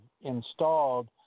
installed